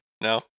No